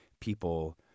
people